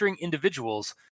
individuals